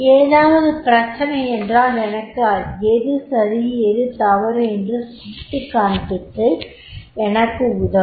ஏதாவது பிரச்சனை என்றால் எனக்கு எது சரி எது தவறு என்று சுட்டிக்காண்பித்து எனக்கு உதவும்